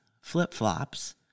flip-flops